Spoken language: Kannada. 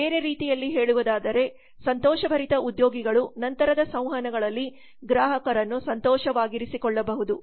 ಬೇರೆ ರೀತಿಯಲ್ಲಿ ಹೇಳುವುದಾದರೆ ಸಂತೋಷ ಭರಿತ ಉದ್ಯೋಗಿಗಳು ನಂತರದ ಸಂವಹನಗಳಲ್ಲಿ ಗ್ರಾಹಕರನ್ನು ಸಂತೋಷವಾಗಿರಿಸಿಕೊಳ್ಳಬಹುದು